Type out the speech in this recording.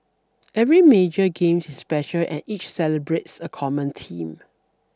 every major games is special and each celebrates a common theme